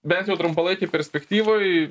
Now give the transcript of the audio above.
bent jau trumpalaikėj perspektyvoj